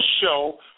show